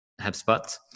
hubspot